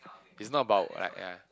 it's not about like uh